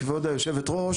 כבוד היו"ר,